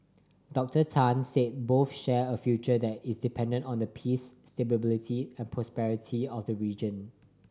Doctor Tan said both share a future that is dependent on the peace stability and prosperity of the region